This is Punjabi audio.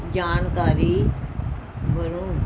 ਜਾਣਕਾਰੀ ਭਰੋ